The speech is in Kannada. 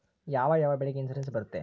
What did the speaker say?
ಯಾವ ಯಾವ ಬೆಳೆಗೆ ಇನ್ಸುರೆನ್ಸ್ ಬರುತ್ತೆ?